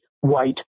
white